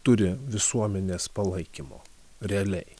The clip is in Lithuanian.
turi visuomenės palaikymo realiai